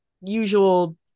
usual